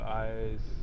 eyes